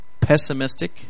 pessimistic